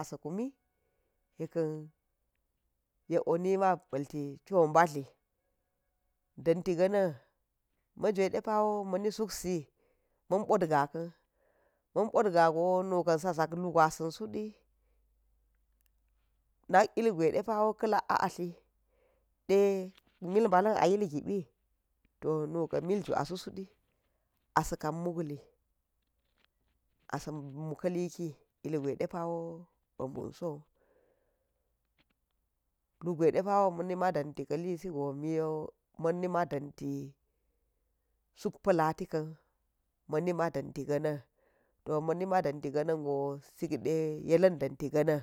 a sa kumi yekkan yek wo nima ba̱ lti cho ba̱ tli danti ga̱nan ma jwe de pawo mvni susi ma̱n pot ga̱ a̱ kan ma̱n pot ga̱ a̱ go nu kan sa zak lugwa san said nak ilgwe de pawa ka̱ ka lak a atli de mil mbalin a yil gi bi toh nukan mil ju a susudi a sakan muk li, a samu kaliki ilgwe depawo be bun sowu lugwe de pawo ma̱ ni ma danti kv li sige miyo mani ma dan ti suk pa lati kan ma̱ ni ma danti ganan go sik de ye lan dant ga̱na̱n.